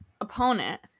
opponent